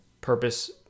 purpose